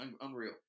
Unreal